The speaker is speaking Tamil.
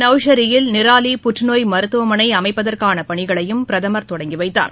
நௌஷரிவில் நிராலி புற்றுநோய் மருத்துவமனை அமைப்பதற்கான பணிகளையும் பிரதமர் தொடங்கி வைத்தார்